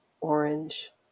orange